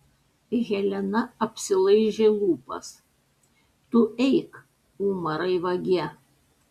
helena apsilaižė lūpas tu eik umarai vagie